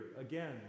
again